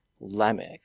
Lamech